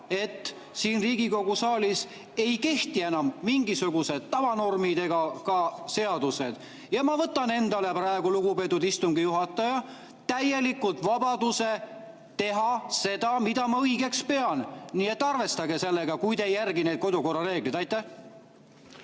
et siin Riigikogu saalis ei kehti enam mingisugused tavanormid ega ka seadused. Ja ma võtan endale praegu, lugupeetud istungi juhataja, täielikult vabaduse teha seda, mida ma õigeks pean. Nii et arvestage sellega, kui te ei järgi kodukorra reegleid. Ma